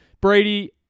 Brady